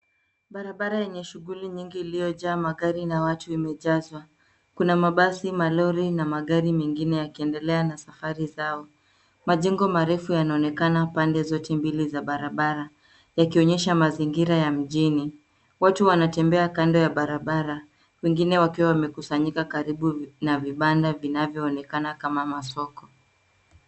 Barabara yenye shughuli nyingi iliyojaa magari na watu imejazwa. Kuna mabasi, malori na magari mengine yakiendelea na safari zao. Majengo marefu yanaonekana pande zote mbili za barabara, yakionyesha mazingira ya mjini. Watu wanatembea kando ya bababara wengine wakiwa wamekusanyika karibu na vibanda vinavyoonekana kama masoko.